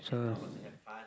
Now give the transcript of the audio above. so